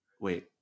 wait